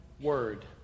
word